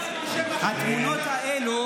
התמונות האלה,